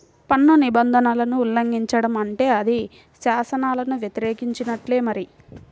పన్ను నిబంధనలను ఉల్లంఘించడం అంటే అది శాసనాలను వ్యతిరేకించినట్టే మరి